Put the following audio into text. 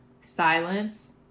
silence